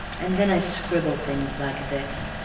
and then i scribble things like this